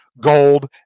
gold